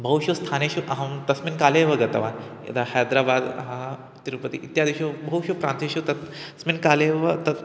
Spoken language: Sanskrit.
बहुषु स्थानेषु अहं तस्मिन् काले एव गतवान् यदा हैद्राबाद् तिरुपतिः इत्यादिषु बहुषु प्रान्तेषु तत् तस्मिन् काले एव तत्